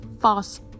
false